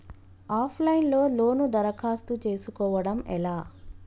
Of line లో లోను దరఖాస్తు చేసుకోవడం ఎలా?